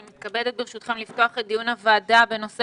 אני מתכבדת לפתוח את דיון הוועדה בנושא